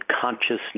consciousness